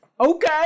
okay